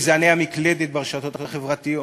מגזעני המקלדת ברשתות החברתיות?